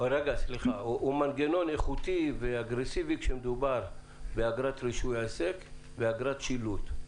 הוא מנגנון איכותי ואגרסיבי כשמדובר באגרת רישוי עסק ובאגרת שילוט.